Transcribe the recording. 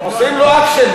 עושים לו אקשן,